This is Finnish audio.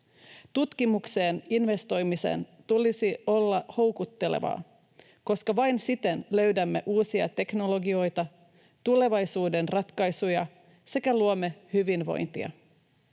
Tutkimukseen investoimisen tulisi olla houkuttelevaa, koska vain siten löydämme uusia teknologioita ja tulevaisuuden ratkaisuja sekä luomme hyvinvointia.